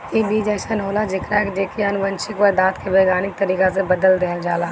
इ बीज अइसन होला जेकरा के की अनुवांशिक पदार्थ के वैज्ञानिक तरीका से बदल देहल जाला